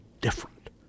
different